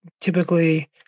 typically